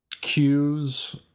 cues